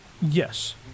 Yes